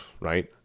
right